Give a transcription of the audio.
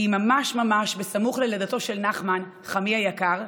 כי ממש ממש סמוך ללידתו של נחמן, חמי היקר,